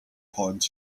point